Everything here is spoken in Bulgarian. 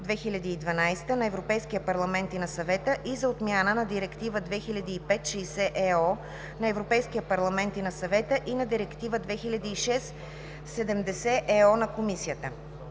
648/2012 на Европейския парламент и на Съвета и за отмяна на Директива 2005/60/ЕО на Европейския парламент и на Съвета и на Директива 2006/70/ЕО на Комисията.